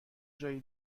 جایی